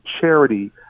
charity